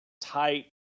tight